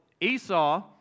Esau